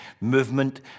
movement